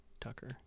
tucker